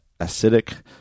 acidic